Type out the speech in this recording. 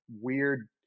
weird